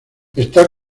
está